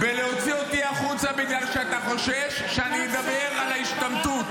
-- בלהוציא אותי החוצה בגלל שאתה חושש שאני אדבר על ההשתמטות,